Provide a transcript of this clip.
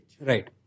Right